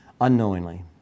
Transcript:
unknowingly